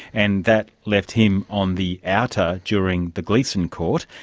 and that left him on the outer during the gleeson court,